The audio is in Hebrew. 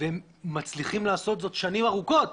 והם מצליחים לעשות זאת שנים ארוכות,